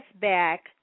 back